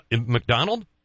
mcdonald